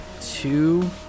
two